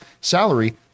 salary